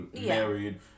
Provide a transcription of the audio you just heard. married